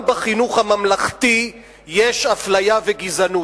גם בחינוך הממלכתי יש אפליה וגזענות.